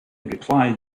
replied